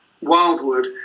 wildwood